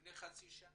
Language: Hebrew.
לפני חצי שנה?